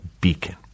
beacon